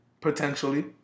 potentially